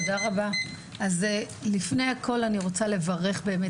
תודה רבה לך, חבר הכנסת אופיר כץ.